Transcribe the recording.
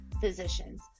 physicians